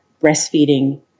breastfeeding